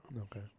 Okay